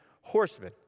horsemen